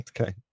Okay